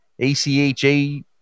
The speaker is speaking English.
ACHA